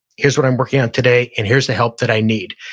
here's what i'm working on today and here's the help that i need.